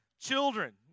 Children